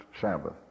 Sabbath